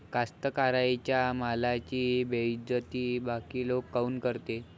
कास्तकाराइच्या मालाची बेइज्जती बाकी लोक काऊन करते?